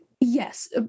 Yes